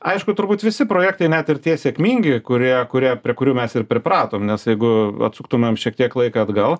aišku turbūt visi projektai net ir tie sėkmingi kurie kuria prie kurių mes ir pripratom nes jeigu atsuktumėm šiek tiek laiką atgal